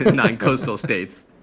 non coastal states.